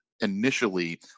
initially